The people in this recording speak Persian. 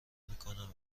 میکنم